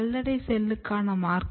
சல்லடை செல்லுக்கான marker J0701